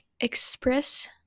express